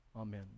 Amen